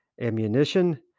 ammunition